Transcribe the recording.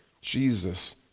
Jesus